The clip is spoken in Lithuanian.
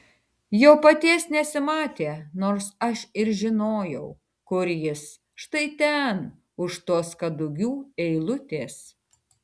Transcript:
jo paties nesimatė nors aš ir žinojau kur jis štai ten už tos kadugių eilutės